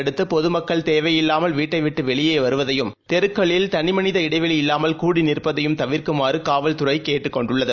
அடுத்துபொதுமக்கள் தேவையில்லாமல் வீட்டைவிட்டுவெளியேவருவதையும் முழுஊரடங்கை தெருக்களில் தனிமனித இடைவெளி இல்லாமல் கூடி நிற்பதையும் தவிர்க்குமாறகாவல்துறைகேட்டுக் கொண்டுள்ளது